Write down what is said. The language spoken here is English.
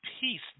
Peace